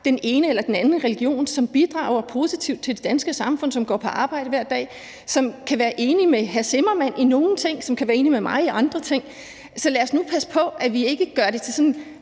den ene eller den anden religion, som bidrager positivt til det danske samfund, og som går på arbejde hver dag, og som kan være enig med hr. Nick Zimmermann i nogle ting, og som kan være enig med mig i andre ting. Så lad os nu passe på, at vi ikke gør det til sådan en